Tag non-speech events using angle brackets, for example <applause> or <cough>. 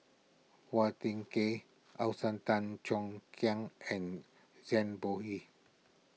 Phua Thin Kiay <unintelligible> Tan Cheong Kheng and Zhang Bohe